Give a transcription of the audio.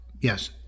yes